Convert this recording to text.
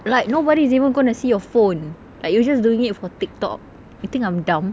like nobody is even going to see your phone like you're just doing it for tiktok you think I'm dumb